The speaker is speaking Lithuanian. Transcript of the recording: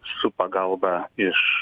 su pagalba iš